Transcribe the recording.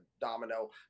Domino